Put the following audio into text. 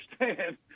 understand